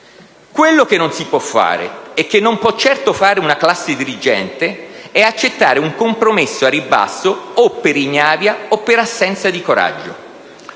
Quello che non si può fare, e che non può certo fare una classe dirigente, è accettare un compromesso al ribasso, o per ignavia o per assenza di coraggio.